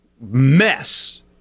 mess